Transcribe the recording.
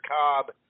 Cobb